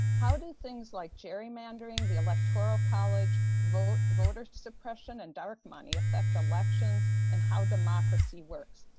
how do things like gerrymandering, the electoral college, voter voter suppression and dark money affect elections and how democracy works?